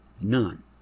None